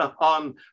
on